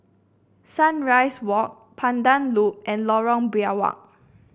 Sunrise Walk Pandan Loop and Lorong Biawak